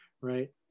right